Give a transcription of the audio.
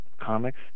comics